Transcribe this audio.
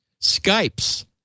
Skype's